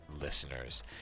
listeners